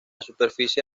superficie